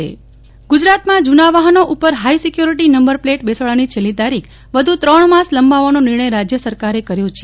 Nehal Thakkar high security number plate ગુજરાતમાં જૂન વાહનો ઉપર હાઈ સિક્યોરીટી નંબર પ્લેટ બેસાડવાની છેલ્લી તારીખ વધુ ત્રણ માસ લંબાવવાનો નિર્ણય રાજ્ય સરકારે કર્યો છે